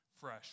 fresh